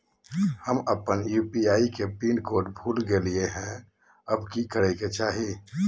हम अपन यू.पी.आई के पिन कोड भूल गेलिये हई, अब की करे के चाही?